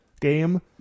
game